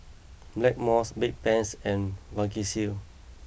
Blackmores Bedpans and Vagisil